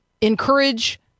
encourage